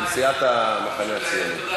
של סיעת המחנה הציוני.